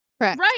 Right